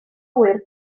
ŵyr